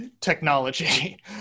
technology